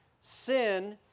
Sin